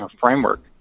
framework